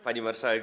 Pani Marszałek!